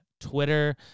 Twitter